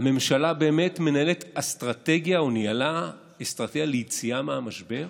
הממשלה באמת מנהלת אסטרטגיה או ניהלה אסטרטגיה ליציאה מהמשבר?